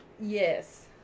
Yes